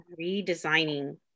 redesigning